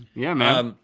yeah, man. um